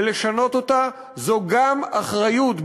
ולשנות אותה זו גם אחריות,